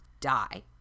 die